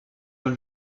dans